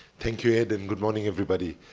thank you, ed, and good morning everybody.